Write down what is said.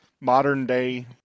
modern-day